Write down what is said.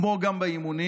כמו גם באימונים,